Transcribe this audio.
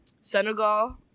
Senegal